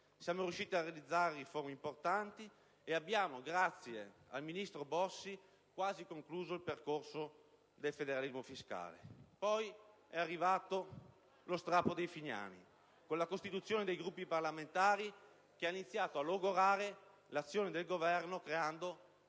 Siamo riusciti a realizzare riforme importanti e, grazie al ministro Bossi, abbiamo quasi concluso il percorso del federalismo fiscale. Poi è arrivato lo strappo dei finiani, con la costituzione dei Gruppi parlamentari, che ha iniziato a logorare l'azione del Governo, creando